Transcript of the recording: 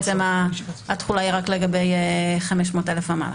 התחולה היא רק לגבי 500,000 ומעלה.